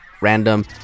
random